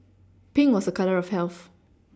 Pink was a colour of health